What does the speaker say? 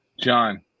John